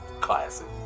Classic